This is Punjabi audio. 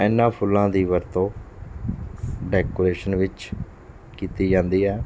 ਇਹਨਾਂ ਫੁੱਲਾਂ ਦੀ ਵਰਤੋਂ ਡੈਕੋਰੇਸ਼ਨ ਵਿੱਚ ਕੀਤੀ ਜਾਂਦੀ ਹੈ